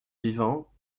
vivants